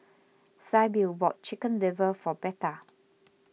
Sybil bought Chicken Liver for Betha